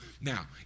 now